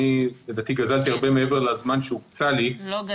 לדעתי אני גזלתי הרבה מעבר לזמן שהוקצה לי -- לא גזלת,